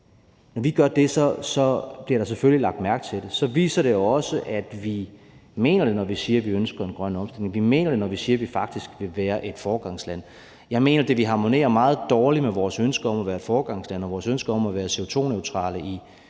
i EU, gør det, bliver der selvfølgelig lagt mærke til det. Og så viser det jo også, at vi mener det, når vi siger, at vi ønsker en grøn omstilling. Vi mener det, når vi siger, at vi faktisk vil være et foregangsland. Jeg mener, at det ville harmonere meget dårligt med vores ønske om at være et foregangsland og vores ønske om at være CO2-neutrale i